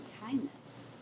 kindness